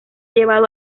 llevado